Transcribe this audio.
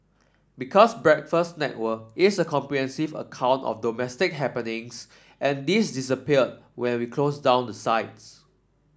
because Breakfast Network is a comprehensive account of domestic happenings and this disappeared when we closed down the sites